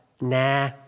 Nah